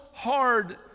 Hard